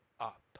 up